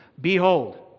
Behold